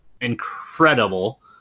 incredible